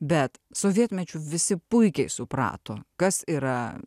bet sovietmečiu visi puikiai suprato kas yra